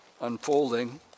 unfolding